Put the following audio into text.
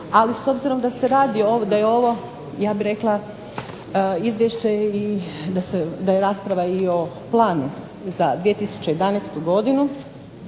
Ali s obzirom da se radi, da je ovo ja bih rekla izvješće i da je rasprava i o planu za 2011. godinu